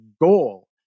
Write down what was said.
goal